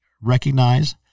recognize